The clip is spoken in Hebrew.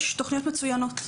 יש תוכניות מצוינות,